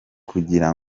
kugira